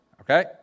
Okay